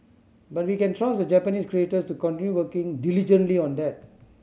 but we can trust the Japanese creators to continue working diligently on that